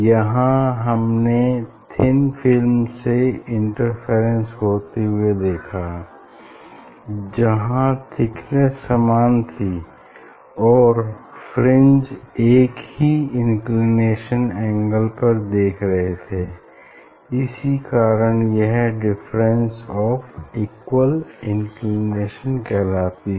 यहाँ हमने thin film से इंटरफेरेंस होते हुए देखा जहाँ थिकनेस समान थी और फ्रिंज हम एक ही इंक्लिनेशन एंगल पर देख रहे थे इसी कारण यह फ्रिंजेस ऑफ़ इक्वल इंक्लिनेशन कहलाती हैं